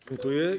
Dziękuję.